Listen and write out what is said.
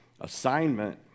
assignment